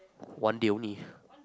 one day only